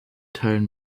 teilen